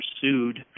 pursued